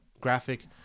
graphic